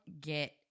get